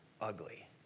ugly